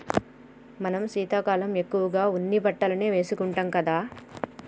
మనం శీతాకాలం ఎక్కువగా ఉన్ని బట్టలనే వేసుకుంటాం కదా